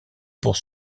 pour